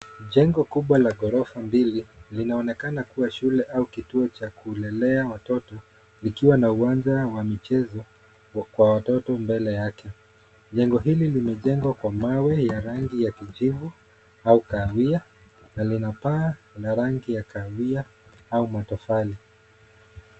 Jengo kubwa la ghorofa mbili. Linaonekana kuwa shule au kituo cha kulelea watoto, likiwa na uwanja wa michezo kwa watoto mbele yake. Jengo hili limejengwa kwa mawe ya rangi ya kijivu au kahawia na lina paa la rangi ya kahawia au matofali.